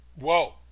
Whoa